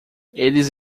eles